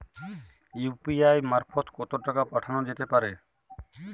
UPI মারফত কত টাকা পাঠানো যেতে পারে?